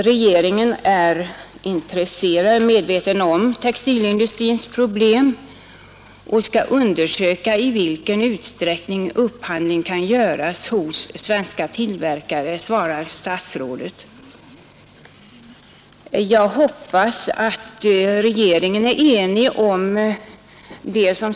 Regeringen är medveten om textilindustrins problem och skall undersöka i vilken utsträckning upphandling kan göras hos svenska tillverkare, svarar statsrådet. Jag hoppas att regeringen är enig om det.